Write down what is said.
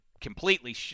completely